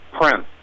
print